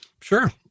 Sure